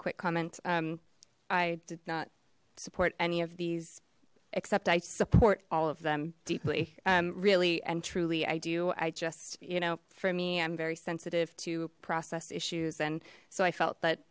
quick comment i did not support any of these except i support all of them deeply really and truly i do i just you know for me i'm very sensitive to process issues and so i felt